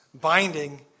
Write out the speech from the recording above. binding